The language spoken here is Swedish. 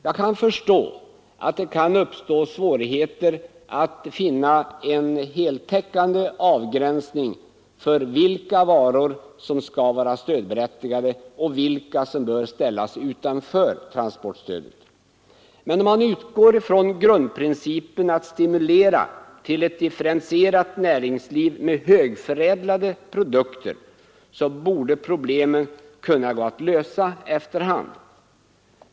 Jag förstår att det kan uppstå svårigheter att finna en heltäckande avgränsning för vilka varor som skall vara stödberättigade och vilka som bör ställas utanför transportstödet. Men om man utgår från grundprincipen att stimulera till ett differentierat näringsliv med högförädlade produkter, så borde problemen gå att lösa efter hand.